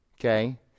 Okay